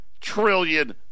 trillion